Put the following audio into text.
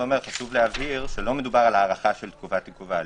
יש להבהיר שלא מדובר בהארכת תקופת עיכוב ההליכים.